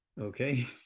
okay